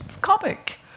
comic